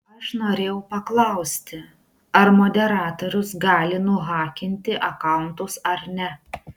aš norėjau paklausti ar moderatorius gali nuhakinti akauntus ar ne